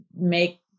make